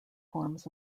forms